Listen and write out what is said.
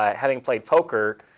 um having played poker,